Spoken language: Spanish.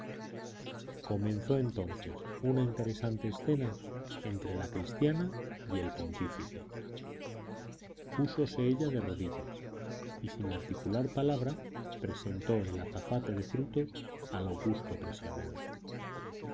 comenzó entonces una interesante escena entre la cristiana y el pontífice púsose ella de rodillas y sin articular palabra presentó el azafate de frutos al augusto prisionero